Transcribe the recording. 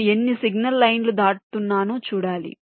నేను ఎన్ని సిగ్నల్ లైన్లు దాటుతున్నానో చూడాలి